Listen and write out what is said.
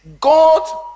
god